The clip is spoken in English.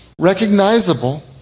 recognizable